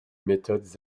méthodes